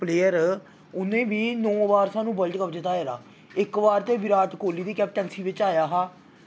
player उ'नें बी नौ बार सानूं वर्ल्ड कप जताए दा इक बार ते विराट केह्ली बी कैपटंसी बिच्च आया हा